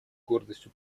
гордостью